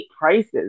prices